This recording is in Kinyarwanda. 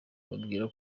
ababwira